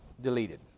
deleted